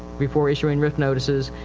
before issuing rif notices,